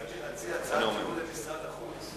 רציתי להציע הצעת ייעול למשרד החוץ,